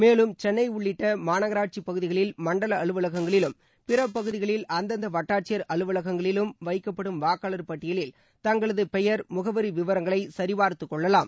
மேலும் சென்னை உள்ளிட்ட மாநகராட்சிப் பகுதிகளில் மண்டல அலுவலகங்களிலும் பிற பகுதிகளில் அந்தந்த வட்டாட்சியர் அலுவலகங்களிலும் வைக்கப்படும் வாக்காளர் பட்டியலில் தங்களது பெயர் முகவரி விவரங்களை சரிபார்த்துக் கொள்ளலாம்